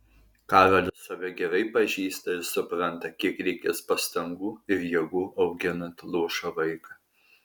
karolis save gerai pažįsta ir supranta kiek reikės pastangų ir jėgų auginant luošą vaiką